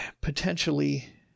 potentially